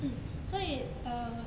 mm 所以 uh